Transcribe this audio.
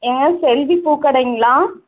ஏங்க செல்வி பூக்கடைங்களா